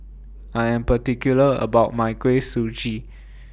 I Am particular about My Kuih Suji